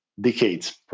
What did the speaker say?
decades